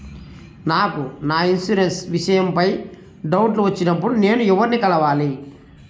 నాకు నా ఇన్సూరెన్సు విషయం పై డౌట్లు వచ్చినప్పుడు నేను ఎవర్ని కలవాలి?